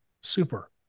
Super